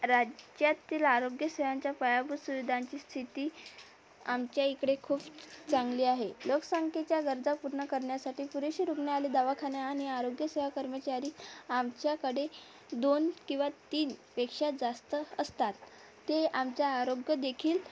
राज्यातील आरोग्यसेवांच्या पायाभूत सुविधांची स्थिती आमच्या इकडे खूप चांगली आहे लोकसंख्येच्या गरजा पूर्ण करण्यासाठी पुरेशी रुग्णालय दवाखाने आणि आरोग्यसेवा कर्मचारी आमच्याकडे दोन किंवा तीनपेक्षा जास्त असतात ते आमच्या आरोग्यदेखील